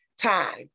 time